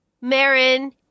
Marin